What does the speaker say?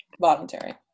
voluntary